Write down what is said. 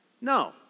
No